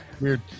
weird